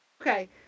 Okay